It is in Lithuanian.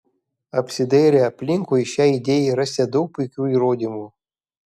apsidairę aplinkui šiai idėjai rasite daug puikių įrodymų